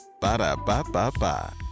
Ba-da-ba-ba-ba